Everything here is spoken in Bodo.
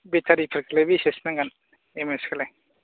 बेटारिफोरखौलाय बेसेसो नांगोन एमएसखौलाय